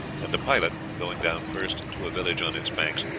and the pilot, going down first to a village on its banks,